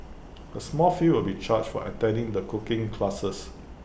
A small fee will be charged for attending the cooking classes